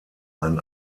ein